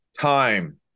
time